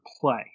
play